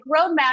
Roadmap